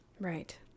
Right